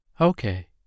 Okay